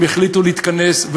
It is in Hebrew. הם החליטו להתכנס,